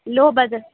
low budget